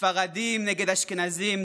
ספרדים נגד אשכנזים,